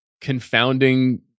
confounding